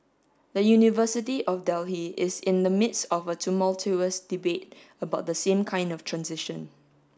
the University of Delhi is in the midst of a tumultuous debate about the same kind of transition